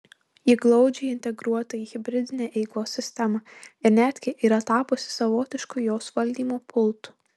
ji glaudžiai integruota į hibridinę eigos sistemą ir netgi yra tapusi savotišku jos valdymo pultu